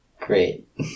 Great